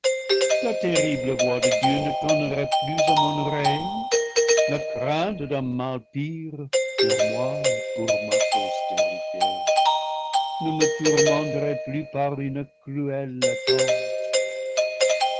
la terri ble voix de dieu ne tonnerait plus à mon oreille la crainte d'un mal pire pour moi et pour ma postérité ne me tourmen terait plus par une cruelle attente